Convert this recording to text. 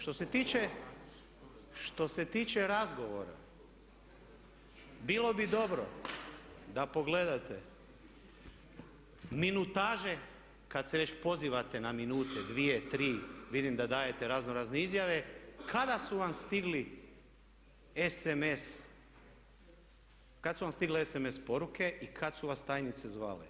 Što se tiče razgovora, bilo bi dobro da pogledate minutaže kad se već pozivate na minute, dvije, tri, vidim da dajete razno razne izjave kada su vam stigli sms, kad su vam stigle sms poruke i kad su vas tajnice zvale.